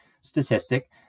statistic